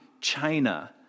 China